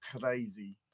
crazy